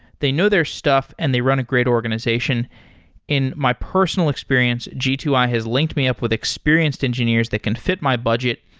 they know their stuff and they run a great organization in my personal experience, g two i has linked me up with experienced engineers that can fit my budget,